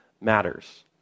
matters